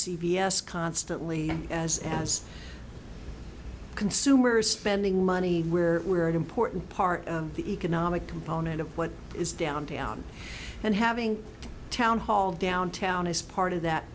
s constantly as as consumers spending money where we're at important part of the economic component of what is downtown and having a town hall downtown is part of that